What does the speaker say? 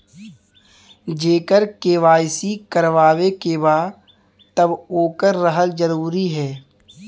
जेकर के.वाइ.सी करवाएं के बा तब ओकर रहल जरूरी हे?